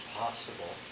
possible